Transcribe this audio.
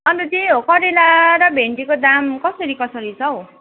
अन्त त्यही हो करेला र भेन्डीको दाम कसरी कसरी छौ